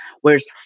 Whereas